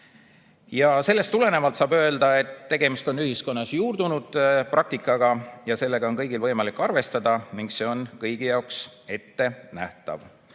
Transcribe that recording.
Sellest tulenevalt saab öelda, et tegemist on ühiskonnas juurdunud praktikaga ja sellega on kõigil võimalik arvestada ning see on kõigi jaoks ette nähtav.